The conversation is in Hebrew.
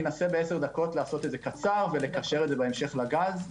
אנסה לעשות את זה קצר ולקשר את זה לגז בהמשך.